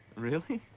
really?